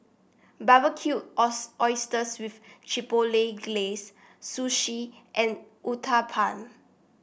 Barbecue Oysters with Chipotle Glaze Sushi and Uthapam